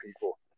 people